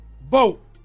boat